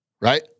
right